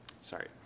sorry